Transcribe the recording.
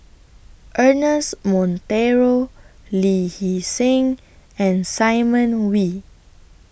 Ernest Monteiro Lee Hee Seng and Simon Wee